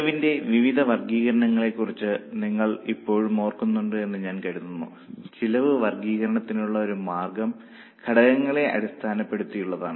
ചെലവിന്റെ വിവിധ വർഗ്ഗീകരണങ്ങളെക്കുറിച്ച് നിങ്ങൾ ഇപ്പോഴും ഓർക്കുന്നുണ്ട് എന്ന് ഞാൻ കരുതുന്നു ചെലവ് വർഗ്ഗീകരണത്തിനുള്ള ഒരു മാർഗം ഘടകങ്ങളെ അടിസ്ഥാനപ്പെടുത്തിയുള്ളതാണ്